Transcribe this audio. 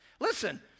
Listen